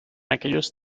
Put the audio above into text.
aquellos